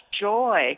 joy